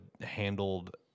handled